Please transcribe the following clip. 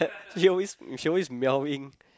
she always she always meowing